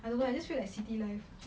otherwise I just feel like city life